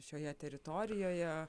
šioje teritorijoje